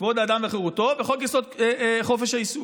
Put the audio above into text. כבוד האדם וחירותו וחוק-יסוד: חופש העיסוק.